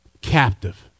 captive